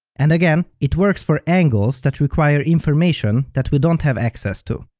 and again, it works for angles that require information that we don't have access to.